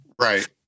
Right